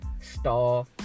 Star